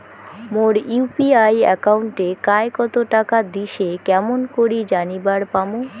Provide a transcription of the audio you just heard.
মোর UPI একাউন্টে কায় কতো টাকা দিসে কেমন করে জানিবার পামু?